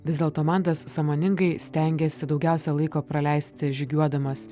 vis dėlto mantas sąmoningai stengiasi daugiausiai laiko praleisti žygiuodamas